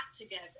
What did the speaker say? together